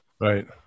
Right